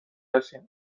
هستیم